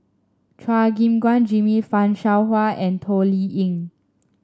Chua Gim Guan Jimmy Fan Shao Hua and Toh Liying